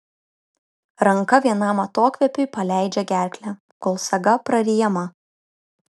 ranka vienam atokvėpiui paleidžia gerklę kol saga praryjama